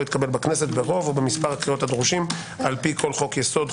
התקבל בכנסת ברוב או במספר קריאות הדרושים על פי כל חוק יסוד,